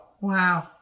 Wow